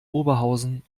oberhausen